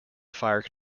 fire